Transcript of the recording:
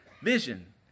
Vision